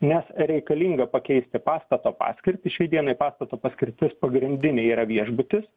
nes reikalinga pakeisti pastato paskirtį šiai dienai pastato paskirtis pagrindinė yra viešbutis